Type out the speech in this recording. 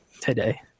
today